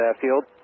Field